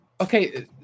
Okay